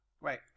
Right